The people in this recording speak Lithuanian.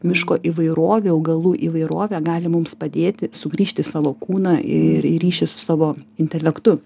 miško įvairovė augalų įvairovė gali mums padėti sugrįžti į savo kūną ir ryšį su savo intelektu